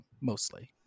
mostly